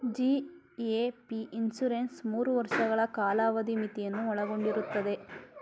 GAP insurance ಮೂರು ವರ್ಷಗಳ ಕಾಲಾವಧಿ ಮಿತಿಯನ್ನು ಒಳಗೊಂಡಿರುತ್ತದೆ